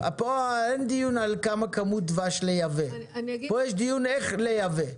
אין דיון על כמה דבש לייבא, פה יש דיון איך לייבא.